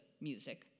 music